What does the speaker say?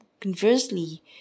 conversely